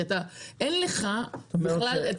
כי אין לך בכלל.